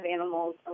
animals